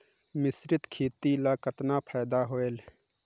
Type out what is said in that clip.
मिश्रीत खेती ल कतना फायदा होयल?